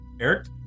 Eric